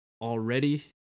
already